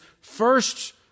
first